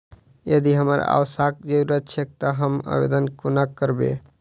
यदि हमरा आवासक जरुरत छैक तऽ हम आवेदन कोना करबै?